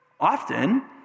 often